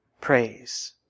praise